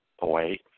away